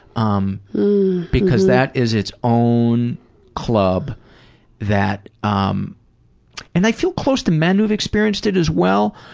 um because that is it's own club that, um and i feel close to men who have experienced it as well,